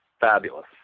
fabulous